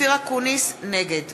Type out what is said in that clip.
נגד